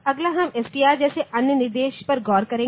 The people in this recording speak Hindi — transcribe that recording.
अगला हम एसटीआर जैसे अन्य निर्देश पर गौर करेंगे